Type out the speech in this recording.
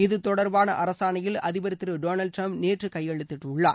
இது தொடர்பான அரசாணையில் அதிபர் திரு டொனால்டு டிரம்ப் நேற்று கையெழுத்திட்டுள்ளார்